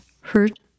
hurt